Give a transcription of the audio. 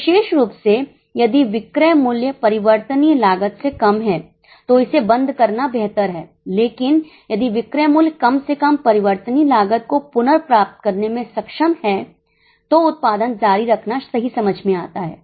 विशेष रूप से यदि विक्रय मूल्य परिवर्तनीय लागत से कम है तो इसे बंद करना बेहतर है लेकिन यदि विक्रय मूल्य कम से कम परिवर्तनीय लागत को पुनर्प्राप्त करने में सक्षम है तो उत्पादन जारी रखना सही समझ में आता है